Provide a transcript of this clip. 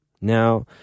Now